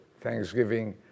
Thanksgiving